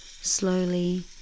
slowly